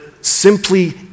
simply